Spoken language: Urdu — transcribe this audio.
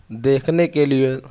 دیکھنے کے لیے